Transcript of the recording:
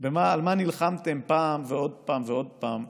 על מה נלחמתן פעם, ועוד פעם, ועוד פעם,